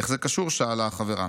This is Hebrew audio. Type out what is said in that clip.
'איך זה קשור?' שאלה החברה.